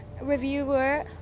reviewer